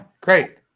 great